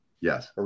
Yes